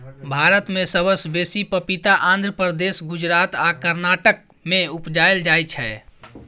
भारत मे सबसँ बेसी पपीता आंध्र प्रदेश, गुजरात आ कर्नाटक मे उपजाएल जाइ छै